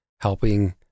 helping